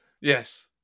Yes